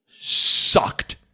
sucked